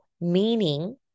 meaning